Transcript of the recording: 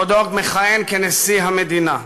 בעודו מכהן כנשיא המדינה,